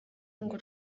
ngo